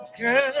Girl